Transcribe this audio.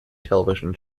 television